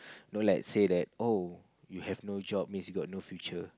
know like say that oh you have no job means you got no future